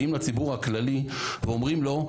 באים לציבור הכללי ואומרים לו,